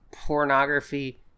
pornography